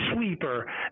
sleeper